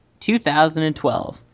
2012